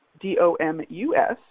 d-o-m-u-s